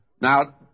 Now